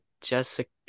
Jessica